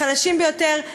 החלשים ביותר,